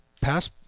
pass